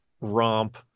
romp